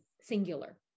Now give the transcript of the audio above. singular